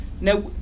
now